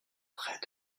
près